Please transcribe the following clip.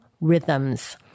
rhythms